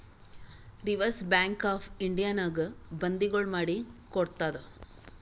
reserve bank of ಇಂಡಿಯಾನಾಗೆ ಬಂದಿಗೊಳ್ ಮಾಡಿ ಕೊಡ್ತಾದ್